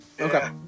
Okay